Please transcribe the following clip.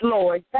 Lord